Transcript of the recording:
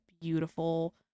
beautiful